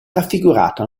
raffigurata